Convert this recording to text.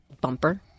bumper